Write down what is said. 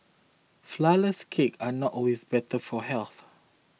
Flourless Cakes are not always better for health